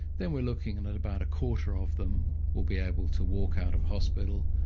then we're looking and at about a quarter of them will be able to walk out of hospital,